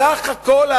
סך הכול,